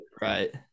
right